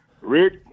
Rick